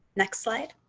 next slide.